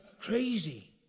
Crazy